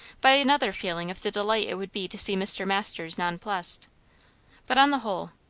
by another feeling of the delight it would be to see mr. masters nonplussed but on the whole,